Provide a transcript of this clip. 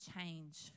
change